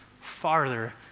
farther